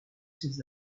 ses